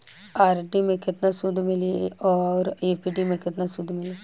RD मे केतना सूद मिली आउर एफ.डी मे केतना सूद मिली?